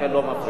לכן לא מפריעים.